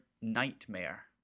nightmare